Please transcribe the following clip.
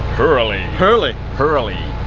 hurley hurley hurley.